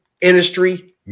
industry